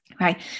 right